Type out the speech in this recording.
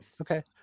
Okay